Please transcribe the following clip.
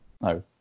no